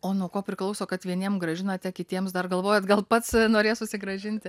o nuo ko priklauso kad vieniem grąžinate kitiems dar galvojat gal pats norės susigrąžinti